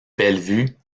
bellevue